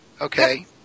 okay